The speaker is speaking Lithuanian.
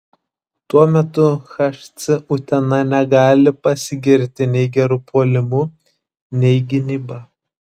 tuo metu hc utena negali pasigirti nei geru puolimu nei gynyba